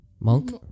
Monk